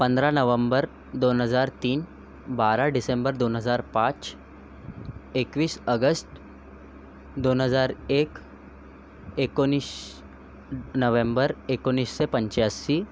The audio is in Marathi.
पंधरा नवंबर दोन हजार तीन बारा डिसेंबर दोन हजार पाँच एकवीस अगस्त दोन हजार एक एकोणीस नोव्हेंबर एकोणीसशे पंचास्सी